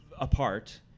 apart